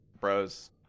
bros